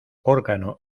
órgano